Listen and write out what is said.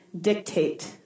dictate